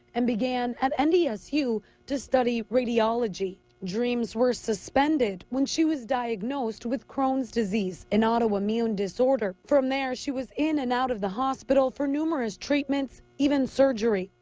and began at n d s u to study radiology. dreams were suspended when she was diagnosed with crohn's disease, an auto immune disorder. from there, she was in and out of the hospital for numerous treatments, even surgery.